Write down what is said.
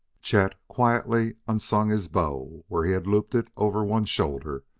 chet quietly unslung his bow where he had looped it over one shoulder,